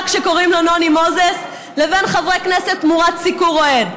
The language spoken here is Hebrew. שקוראים לו נוני מוזס לבין חברי כנסת תמורת סיקור אוהד?